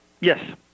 Yes